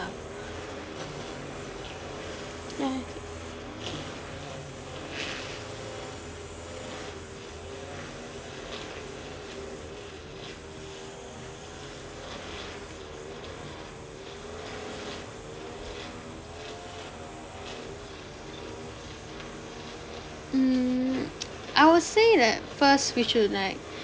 yeah mm I would say that first we should like